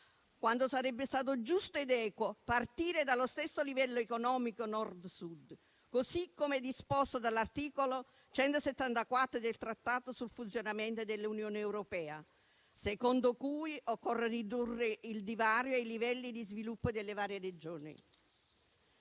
quando sarebbe stato giusto ed equo partire dallo stesso livello economico Nord-Sud, così come disposto dall'articolo 174 del Trattato sul funzionamento dell'Unione europea, secondo cui occorre ridurre il divario e i livelli di sviluppo delle varie Regioni.